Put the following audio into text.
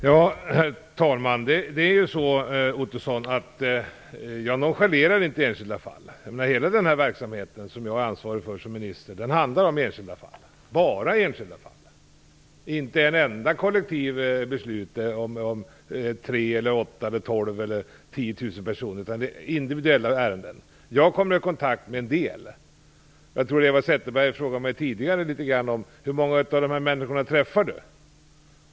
Herr talman! Det är så, Roy Ottosson, att jag inte nonchalerar enskilda fall. Hela den verksamhet som jag är ansvarig för som minister handlar om enskilda fall - bara enskilda fall. Inte ett enda kollektivt beslut om tre eller åtta eller tolv eller tiotusen personer, utan det handlar om individuella ärenden. Jag kommer i kontakt med en del av dem. Eva Zetterberg frågade mig tidigare hur många av dessa människor jag träffar.